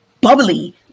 bubbly